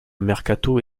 mercato